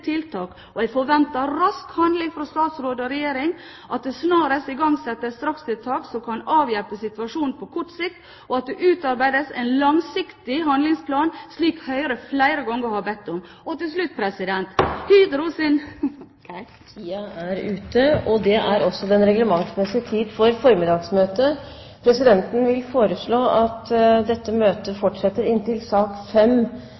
tiltak, og jeg forventer rask handling fra statsråd og regjering – at det snarest igangsettes strakstiltak som kan avhjelpe situasjonen på kort sikt, og at det utarbeides en langsiktig handlingsplan, slik Høyre flere ganger har bedt om. Den reglementsmessige tiden for formiddagens møte er omme. Presidenten vil foreslå at dette møtet fortsetter til sak nr. 5 er ferdigbehandlet. Vi fortsetter altså ikke møtet